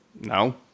no